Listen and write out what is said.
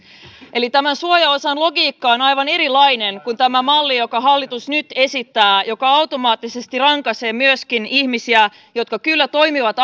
eli tämän suojaosan logiikka on on aivan erilainen kuin tämä malli jota hallitus nyt esittää joka automaattisesti myöskin rankaisee ihmisiä jotka kyllä toimivat